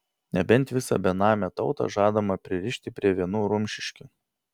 nebent visą benamę tautą žadama pririšti prie vienų rumšiškių